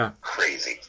crazy